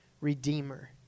Redeemer